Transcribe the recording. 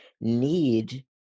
need